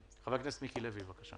חבר הכנסת מיקי לוי, בבקשה.